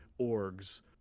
orgs